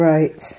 Right